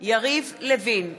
יריב לוין,